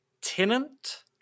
Tenant